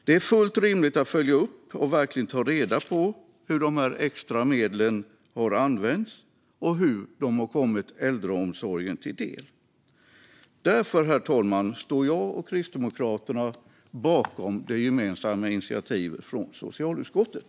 Det är fullt rimligt att följa upp och verkligen ta reda på hur de extra medlen har använts och hur de har kommit äldreomsorgen till del. Därför, herr talman, står jag och Kristdemokraterna bakom det gemensamma initiativet från socialutskottet.